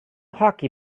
hockey